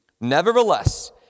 Nevertheless